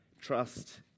Trust